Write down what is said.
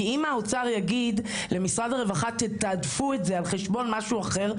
כי אם האוצר יגיד למשרד הרווחה תתעדפו את זה על חשבון משהו אחר,